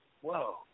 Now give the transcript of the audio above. Whoa